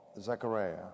Zechariah